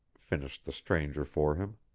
finished the stranger for him.